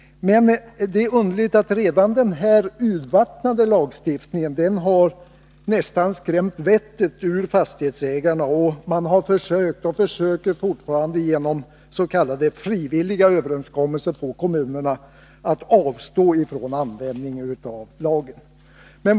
Men det är underligt att redan den här urvattnade lagstiftningen nästan har skrämt vettet ur fastighetsägarna. Man har försökt och försöker fortfarande att genom s.k. frivilliga överenskommelser få kommunerna att avstå från tillämpningen av lagen.